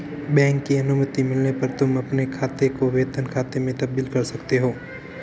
bank की अनुमति मिलने पर तुम अपने खाते को वेतन खाते में तब्दील कर सकते हो